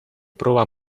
proba